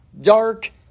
dark